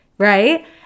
right